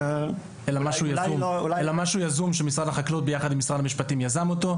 אלא משהו יזום שמשרד החקלאות יחד עם משרד המשפטים יזם אותו,